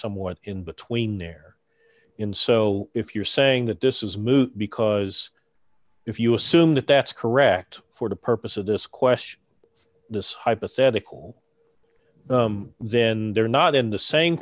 somewhat in between they're in so if you're saying that this is moot because if you assume that that's correct for the purpose of this question this hypothetical bum then they're not in the same